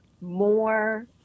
more